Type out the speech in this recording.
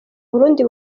burundi